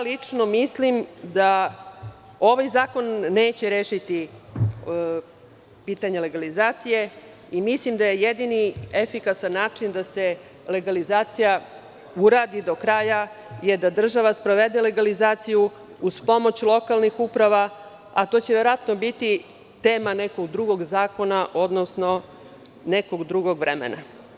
Lično mislim da ovaj zakon neće rešiti pitanje legalizacije i mislim da je jedini efikasan način da se legalizacija uradi do kraja da država sprovede legalizaciju uz pomoć lokalnih uprava, a to će verovatno biti tema nekog drugog zakona, odnosno nekog drugog vremena.